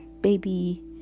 baby